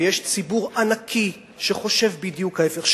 ויש ציבור ענקי שחושב בדיוק ההיפך.